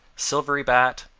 silvery bat,